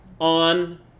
on